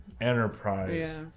enterprise